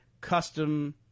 custom